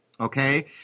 Okay